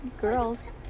Girls